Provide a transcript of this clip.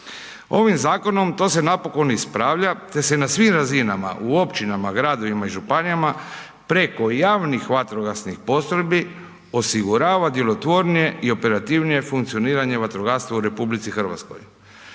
Ovim zakonom to se napokon raspravlja te se na svim razinama u općinama, gradovima i županijama preko javnih vatrogasnih postrojbi osigurava djelotvornije i operativnije funkcioniranje vatrogastva u RH.